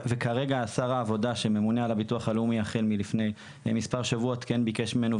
ושר העבודה שממונה על הביטוח הלאומי החל מלפני מספר שבועות ביקש מאיתנו,